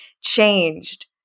changed